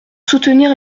soutenir